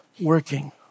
working